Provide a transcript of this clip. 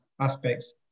aspects